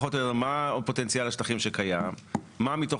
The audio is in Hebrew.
פחות או יותר: מהו פוטנציאל השטחים שקיים; מתוכו,